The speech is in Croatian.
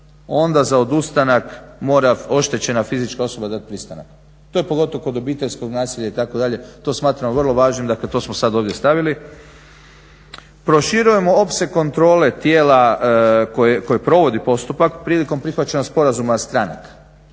onda za odustanka mora oštećena fizička osoba dati pristanak, to je pogotovo kod obiteljskog nasilja itd. to smatramo vrlo važnim, dakle to smo sad ovdje stavili. Proširujemo opseg kontrole tijela koje provodi postupak prilikom prihvaćanja sporazuma stranaka.